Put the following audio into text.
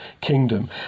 kingdom